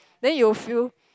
then you will feel